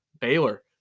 baylor